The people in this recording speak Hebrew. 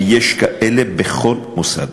ויש כאלה בכל מוסד.